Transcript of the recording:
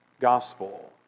gospel